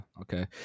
Okay